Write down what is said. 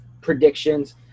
predictions